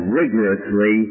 rigorously